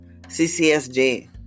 CCSJ